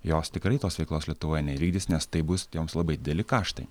jos tikrai tos veiklos lietuvoje nevykdys nes tai bus joms labai dideli kaštai